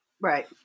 Right